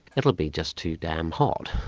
it will be just too damn hot.